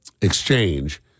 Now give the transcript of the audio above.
exchange